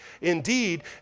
Indeed